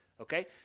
Okay